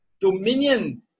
Dominion